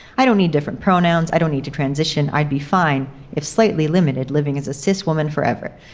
i don't need different pronouns. i don't need to transition. i'd be fine if slightly limited living as a cis woman forever.